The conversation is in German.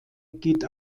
geht